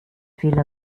fehler